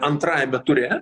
antrajame ture